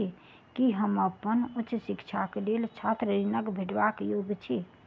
की हम अप्पन उच्च शिक्षाक लेल छात्र ऋणक भेटबाक योग्य छी?